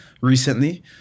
recently